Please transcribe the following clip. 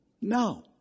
No